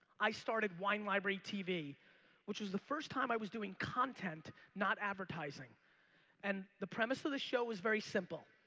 i started wine library tv which is the first time i was doing content not advertising and the premise of the show was very simple.